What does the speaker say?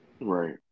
right